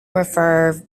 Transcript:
referred